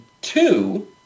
two